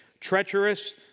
treacherous